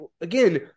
again